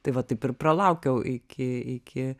tai va taip ir pralaukiau iki iki